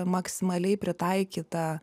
maksimaliai pritaikyta